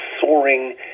soaring